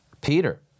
Peter